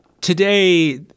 today